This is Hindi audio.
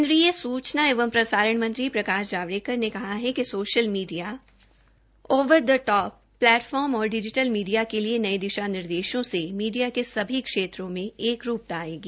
केन्द्रीय सूचना एवं प्रसारण मंत्री प्रकाश जावड़ेकर ने कहा है कि social media over the top platform और डिजीटल मीडिया के लिए नये दिशा निर्देशों से मीडिया के सभी क्षेत्रों में एक रूपता आयेगी